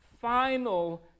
final